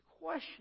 question